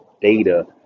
data